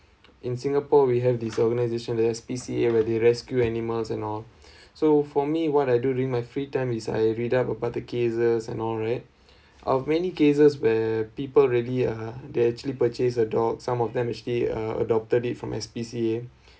in singapore we have this organization S_P_C_A where they rescue animals and all so for me what I do during my free time is I read up about the cases and all right of many cases where people really uh they actually purchase a dog some of them actually uh adopted it from S_P_C_A